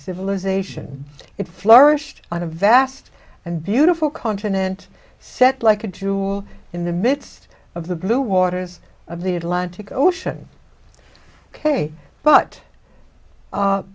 civilisation it flourished on a vast and beautiful continent set like a jewel in the midst of the blue waters of the atlantic ocean ok but